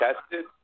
tested